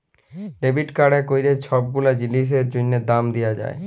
debit কাড়ে ক্যইরে ছব গুলা জিলিসের জ্যনহে দাম দিয়া যায়